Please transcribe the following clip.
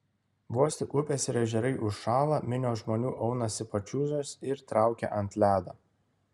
vos tik upės ir ežerai užšąla minios žmonių aunasi pačiūžas ir traukia ant ledo